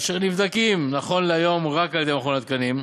אשר נבדקים נכון להיום רק על-ידי מכון התקנים,